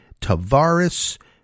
Tavares